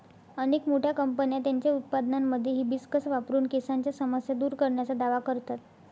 अनेक मोठ्या कंपन्या त्यांच्या उत्पादनांमध्ये हिबिस्कस वापरून केसांच्या समस्या दूर करण्याचा दावा करतात